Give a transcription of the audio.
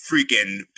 freaking